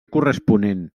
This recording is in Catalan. corresponent